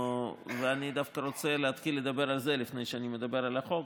ואני דווקא רוצה להתחיל לדבר על זה לפני שאני מדבר על החוק,